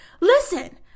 listen